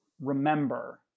remember